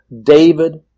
David